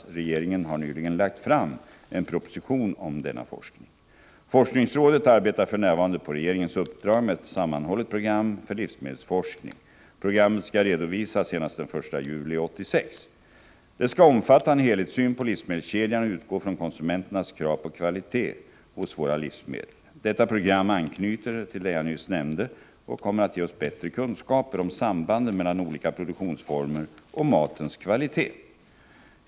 Regeringen har nyligen lagt fram en proposition om denna forskning. Forskningsrådet arbetar för närvarande på regeringens uppdrag med ett sammanhållet program för livsmedelsforskning. Programmet skall redovisas senast den 1 juli 1986. Det skall omfatta en helhetssyn på livsmedelskedjan och utgå från konsumenternas krav på kvalitet hos våra livsmedel. Detta program anknyter till det jag nyss nämnde och kommer att ge oss bättre kunskaper om sambanden mellan olika produktionsformer och matens kvalitet.